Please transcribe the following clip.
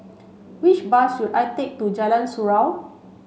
which bus should I take to Jalan Surau